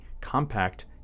compact